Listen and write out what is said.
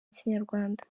kinyarwanda